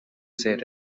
said